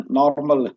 normal